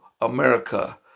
America